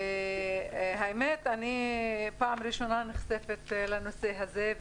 האמת, אני פעם ראשונה נחשפת לנושא הזה.